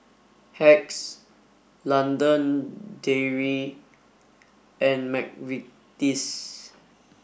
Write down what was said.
Hacks London Dairy and McVitie's